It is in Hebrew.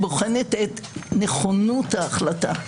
בוחנת את נכונות ההחלטה.